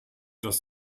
das